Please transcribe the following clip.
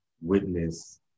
witness